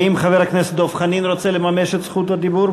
האם חבר הכנסת דב חנין רוצה לממש את זכות הדיבור?